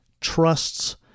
trusts